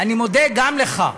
אני מודה גם לך.